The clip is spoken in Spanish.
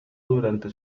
durante